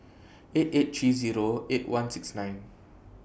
eight eight three Zero eight one six nine